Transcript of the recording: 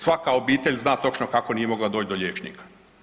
Svaka obitelj zna točno kako nije mogla doći do liječnika.